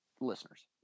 listeners